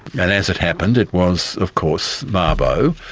and as it happened it was, of course, mabo,